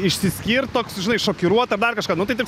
išsiskirt toks žinai šokiruot ar dar kažką nu tai taip